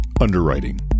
underwriting